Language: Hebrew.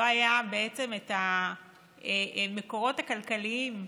לא היו המקורות הכלכליים,